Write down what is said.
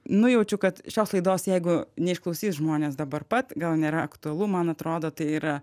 nujaučiu kad šios laidos jeigu neišklausys žmonės dabar pat gal nėra aktualu man atrodo tai yra